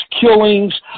killings